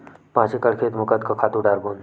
पांच एकड़ खेत म कतका खातु डारबोन?